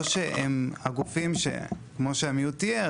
או שהם כמו שאמיר תיאר,